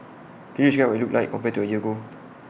could you describe what IT looked like compared to A year ago